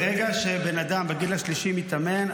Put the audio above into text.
ברגע שבן אדם בגיל השלישי מתאמן,